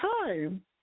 time